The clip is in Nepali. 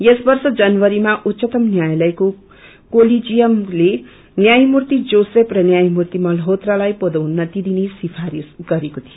यस वर्ष जनवरीमा उच्चतम न्यायालयको कोलिजियमले न्यायगूर्ति जोसेफ र न्यायगूर्ति मल्होत्रालाई पदोन्नति दिने सिफ्रारिश गरेको थियो